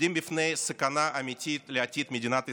בפני סכנה אמיתית לעתיד מדינת ישראל,